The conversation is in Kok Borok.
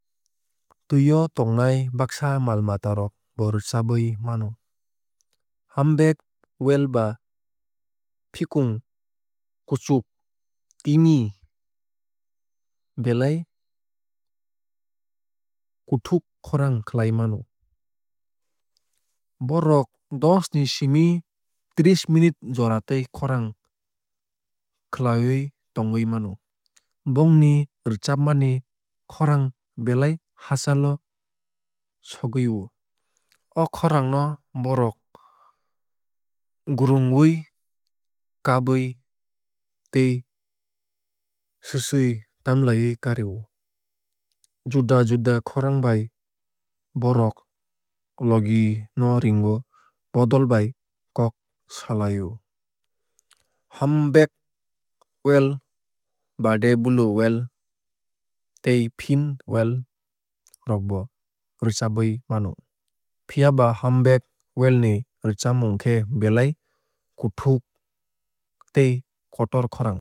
Twui o tongnai baksa mal mata rok bo rwchabwui mano. Humpback whale ba fikung kwchuk timi belai kuthuk khorang khlai mano. Bohrok dos ni simi treesh minute joratwui khorang khlawui tongwui mano. Bongni rwchabmani khorang belai hachal o sogwui o. O khorang no bohrok gurungwui kaabwui tei swchwui tamlaiwui kari o. Juda juda khorang bai bohrok logi no ringo bodol bai kok salai o. Humpbak whale baade blue whale tei fin whale rok bo rwchabwui mano. Phiaba humpback whale ni rwchabmung khe belai kuthuk tei kotor khorang.